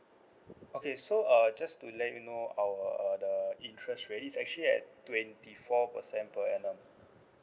okay so uh just to let you know our uh the interest rate is actually at twenty four percent per annum